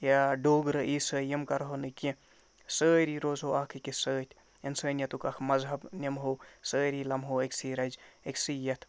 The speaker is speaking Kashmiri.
یا ڈوگرٕ عیٖسٲے یِم کَرہو نہٕ کیٚنٛہہ سٲری روزہو اَکھ أکِس سۭتۍ اِنسٲنِیَتُک اَکھ مزہَب نِمہو سٲری لَمہو أکۍسٕے رَزِ أکۍسٕے یَتھ